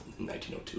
1902